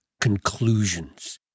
conclusions